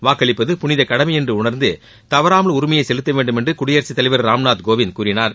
வாக்களிப்பது புனித கடமை என்று உணர்ந்து தவறாமல் உரிமையை செலுத்த வேண்டும் என்றும் குடியரசு தலைவர் திரு ராம்நாத் கோவிந்த் கூறினார்